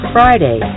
Friday